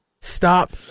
Stop